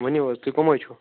ؤنِو حظ تُہۍ کٕم حظ چھُو